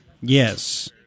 Yes